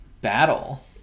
battle